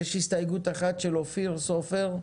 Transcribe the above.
יש הסתייגות אחת של אופיר סופר.